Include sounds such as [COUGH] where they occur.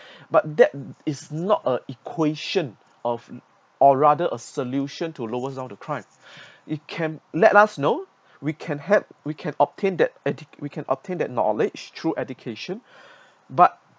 but that is not a equation of or rather a solution to lowest down the crime [BREATH] it can let us know we can have we can obtain that edu~ we can obtain that knowledge through education [BREATH] but